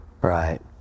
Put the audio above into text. Right